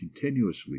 continuously